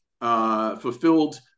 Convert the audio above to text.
fulfilled